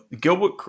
Gilbert